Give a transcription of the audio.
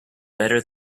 better